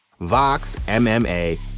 VOXMMA